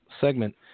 segment